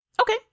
Okay